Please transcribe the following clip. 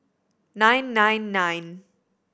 nine nine nine